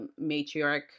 matriarch